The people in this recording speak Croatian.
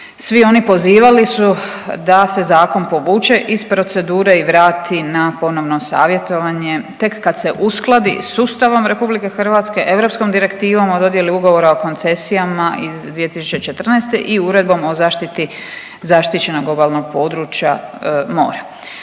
svi oni pozivali su da se zakon povuče iz procedure i vrati na ponovno savjetovanje. Tek kad se uskladi s Ustavom RH, Europskom direktivom o dodjeli ugovora o koncesijama iz 2014. i Uredbom za zaštiti zaštićenog obalnog područja mora.